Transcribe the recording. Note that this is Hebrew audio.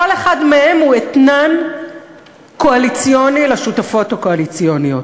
כל אחד מהם הוא אתנן קואליציוני לשותפות הקואליציוניות.